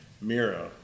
Mira